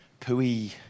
pooey